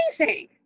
amazing